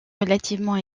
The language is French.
relativement